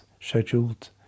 scheduled